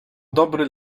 dobry